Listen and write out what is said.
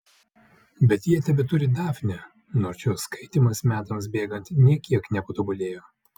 bet jie tebeturi dafnę nors jos skaitymas metams bėgant nė kiek nepatobulėjo